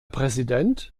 präsident